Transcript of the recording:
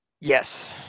Yes